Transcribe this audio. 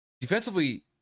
Defensively